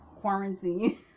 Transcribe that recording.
quarantine